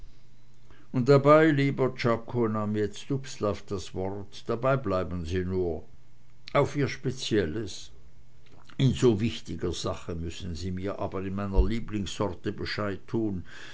und dabei lieber czako nahm jetzt dubslav das wort dabei bleiben sie nur auf ihr spezielles in so wichtiger sache müssen sie mir aber in meiner lieblingssorte bescheid tun